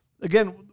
Again